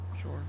Sure